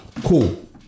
Cool